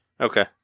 Okay